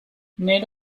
nid